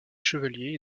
chevaliers